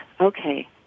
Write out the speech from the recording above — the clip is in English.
okay